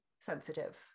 sensitive